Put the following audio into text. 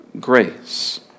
grace